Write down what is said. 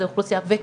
אז זאת האוכלוסייה,